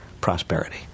prosperity